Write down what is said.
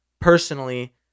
personally